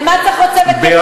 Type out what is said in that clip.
למה צריך עוד צוות,